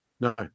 No